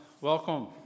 Welcome